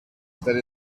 that